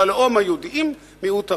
של הלאום היהודי עם מיעוט ערבי.